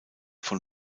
von